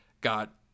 got